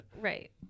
right